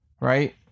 right